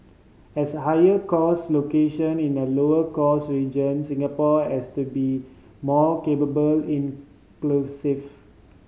as a higher cost location in a lower cost region Singapore has to be more capable inclusive